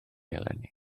eleni